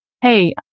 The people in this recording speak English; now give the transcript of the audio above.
hey